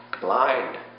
blind